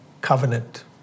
covenant